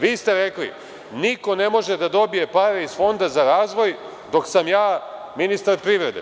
Vi ste rekli – niko ne može da dobije pare iz Fonda za razvoj dok sam ja ministar privrede.